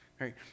right